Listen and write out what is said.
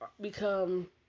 become